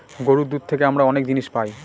গরুর দুধ থেকে আমরা অনেক জিনিস পায়